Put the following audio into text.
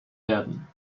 werden